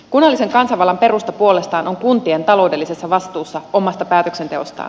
kunnallisen kansanvallan perusta puolestaan on kuntien taloudellisessa vastuussa omasta päätöksenteostaan